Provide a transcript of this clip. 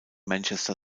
manchester